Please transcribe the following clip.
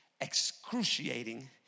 excruciating